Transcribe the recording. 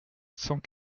cent